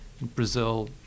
Brazil